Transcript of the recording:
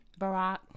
Barack